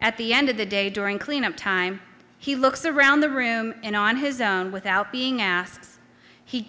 at the end of the day during cleanup time he looks around the room and on his own without being asked he